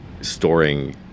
storing